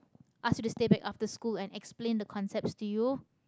ask you to stay back after school and explain the concepts to you